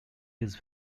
his